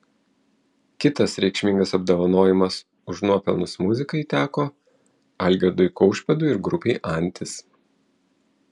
kitas reikšmingas apdovanojimas už nuopelnus muzikai teko algirdui kaušpėdui ir grupei antis